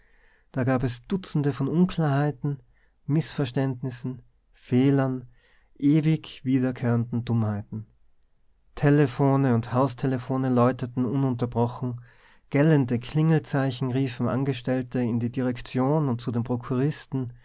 da gab es dutzende von unklarheiten mißverständnissen fehlern ewig wiederkehrenden dummheiten telephone und haustelephone läuteten ununterbrochen gellende klingelzeichen riefen angestellte in die direktion und zu den prokuristen